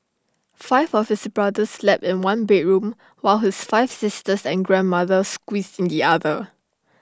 five of his brothers slept in one bedroom while his five sisters and grandmother squeezed in the other